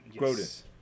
yes